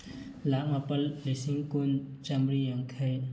ꯂꯥꯈ ꯃꯥꯄꯟ ꯂꯤꯁꯤꯡ ꯀꯨꯟ ꯆꯝꯃ꯭ꯔꯤ ꯌꯥꯡꯈꯩ